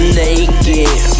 naked